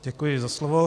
Děkuji za slovo.